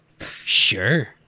Sure